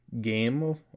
game